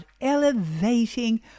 elevating